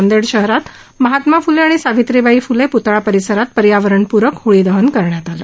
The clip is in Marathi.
नांदेड शहरात महात्मा फुले आणि सावित्रीबाई फुले यांच्या प्तळा परिसरात पर्यावरण प्रक होळी दहन करण्यात आलं